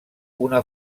una